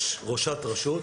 יש ראשת רשות.